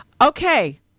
Okay